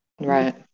right